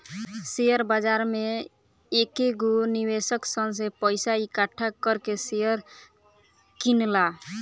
share बाजार में कएगो निवेशक सन से पइसा इकठ्ठा कर के शेयर किनला